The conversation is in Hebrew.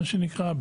מה שנקרא,